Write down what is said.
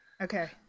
okay